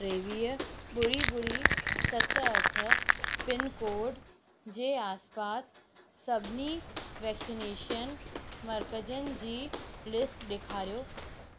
टेवीह ॿुड़ी ॿुड़ी सत अठ पिनकोड जे आस पास सभिनी वैक्सनेशन मर्कज़नि जी लिस्ट ॾेखारियो